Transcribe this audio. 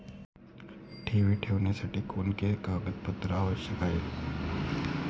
ठेवी ठेवण्यासाठी कोणते कागदपत्रे आवश्यक आहे?